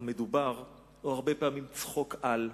המדובר הוא הרבה פעמים צחוק על,